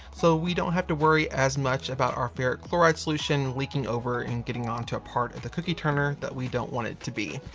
so we don't have to worry as much about our ferric chloride solution leaking over and getting onto a part of the cookie turner that we don't want it to be.